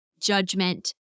judgment